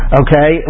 okay